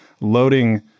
loading